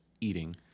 eating